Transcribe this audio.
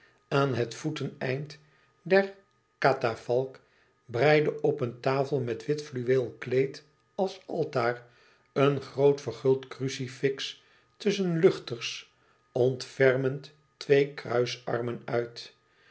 aan het voeteneind der katafalk breidde op een tafel met wit fluweelen kleed als altaar een groot verguld crucifix tusschen luchters ontfermend twee kruisarmen uit